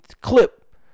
clip